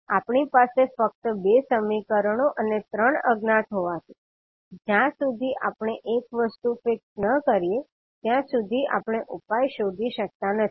હવે આપણી પાસે ફક્ત 2 સમીકરણો અને 3 અજ્ઞાત હોવાથી જ્યાં સુધી આપણે એક વસ્તુ ફિક્સ ન કરીએ ત્યાં સુધી આપણે ઉપાય શોધી શકતા નથી